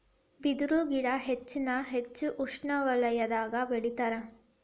ಬಿದರು ಗಿಡಾ ಹೆಚ್ಚಾನ ಹೆಚ್ಚ ಉಷ್ಣವಲಯದಾಗ ಬೆಳಿತಾರ